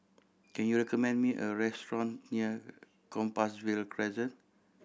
can you recommend me a restaurant near Compassvale Crescent